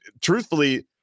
Truthfully